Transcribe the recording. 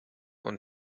und